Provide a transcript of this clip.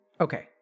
Okay